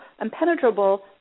impenetrable